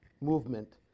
movement